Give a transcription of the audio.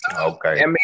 Okay